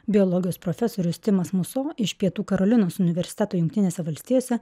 biologijos profesorius timas muso iš pietų karolinos universiteto jungtinėse valstijose